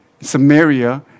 Samaria